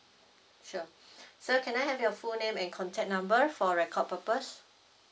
sure so can I have your full name and contact number for recall purpose